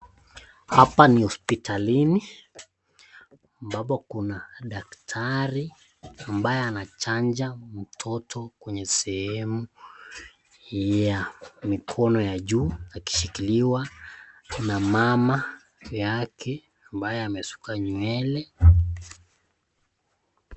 Hapa ni hospitalini, ambapo kuna daktari ambaye anachanja mtoto kwenye sehemu ya mikono ya juu akishikiliwa na mama yake ambaye ameshuka nywele.